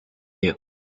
you